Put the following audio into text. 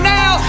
now